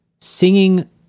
singing